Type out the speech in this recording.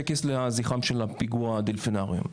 טקס לזכרם של הפיגוע בדולפינריום.